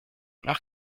nach